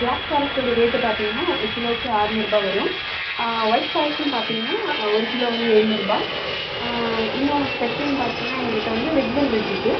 black ஃபாரஸ்ட்டோடய rate பார்த்தீங்கனா ஒரு கிலோக்கு அறநூறுபா வரும் ஒயிட் ஃபாரஸ்ட்னு பார்த்தீங்கனா ஒரு கிலோ வந்து எழுநூறுபா இன்னொன்று ஸ்பெஷல்னு பார்த்தீங்கனா எங்ககிட்ட வந்து ரெட் வெல்வட் இருக்குது